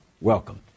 Welcome